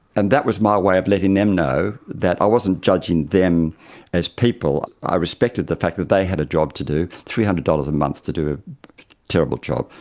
and that was my way of letting them know that i wasn't judging them as people, i respected the fact that they had a job to do, three hundred dollars a month to do a terrible job,